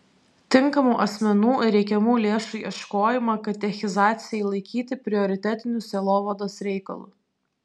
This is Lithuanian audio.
tinkamų asmenų ir reikiamų lėšų ieškojimą katechizacijai laikyti prioritetiniu sielovados reikalu